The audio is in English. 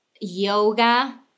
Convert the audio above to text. yoga